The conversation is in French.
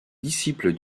disciple